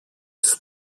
τους